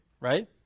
Right